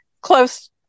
close